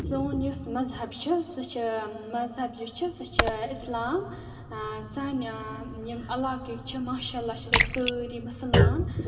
سون یُس مذہب چھِ سُہ چھِ مذہب یُس چھِ سُہ چھِ اِسلام سانہِ یِم علاقٕکۍ چھِ ماشاءاللہ چھِ تِم سٲری مُسلمان